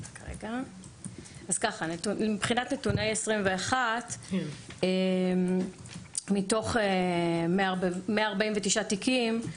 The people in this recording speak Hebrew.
מבחינת נתוני 2021 מתוך 149 תיקים,